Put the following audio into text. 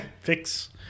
fix